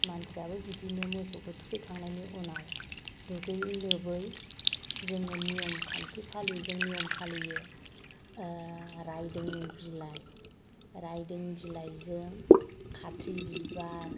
मानसिआबो बिदिनो मोसौखौ थुखैखांनायनि उनाव दुगैयै लोबै जोंनि नियम खान्थि फालियो जों नियम फालियो रायदों बिलाइ रायदों बिलाइजों खाथ्रि बिबार